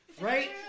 Right